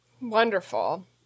wonderful